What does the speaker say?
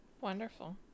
wonderful